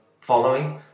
following